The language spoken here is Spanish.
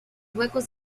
huecos